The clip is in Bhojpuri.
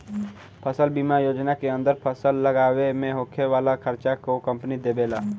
फसल बीमा योजना के अंदर फसल लागावे में होखे वाला खार्चा के कंपनी देबेला